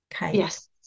yes